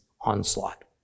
onslaught